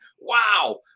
Wow